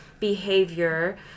behavior